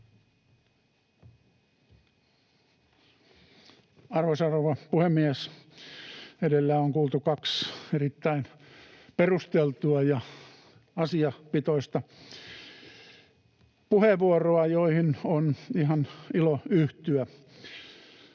Arvoisa rouva puhemies! Edellä on kuultu kaksi erittäin perusteltua ja asiapitoista puheenvuoroa, joihin on ihan ilo yhtyä.